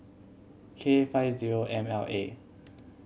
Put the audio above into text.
K five zero M L A